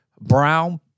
brown